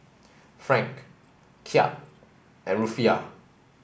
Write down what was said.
Franc Kyat and Rufiyaa